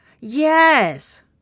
Yes